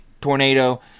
Tornado